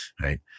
right